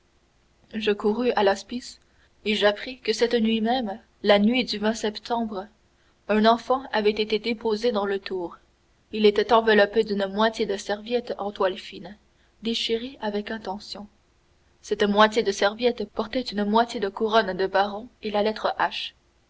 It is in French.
je courus à l'hospice et j'appris que cette nuit même la nuit du septembre un enfant avait été déposé dans le tour il était enveloppé d'une moitié de serviette en toile fine déchirée avec intention cette moitié de serviette portait une moitié de couronne de baron et la lettre